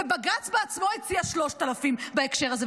ובג"ץ בעצמו הציע 3,000 בהקשר הזה.